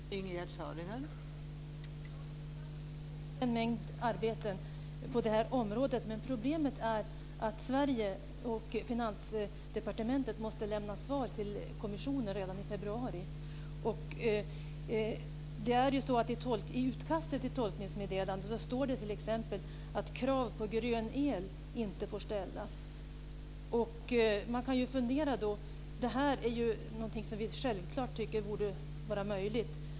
Fru talman! Det är sant att det pågår en mängd arbeten på det här området. Men problemet är att Sverige och Finansdepartementet måste lämna svar till kommissionen redan i februari. I utkastet till tolkningsmeddelande står det t.ex. att krav på grön el inte får ställas, och då kan man ju fundera. Det här är självklart någonting som vi tycker borde vara möjligt.